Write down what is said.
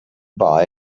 buy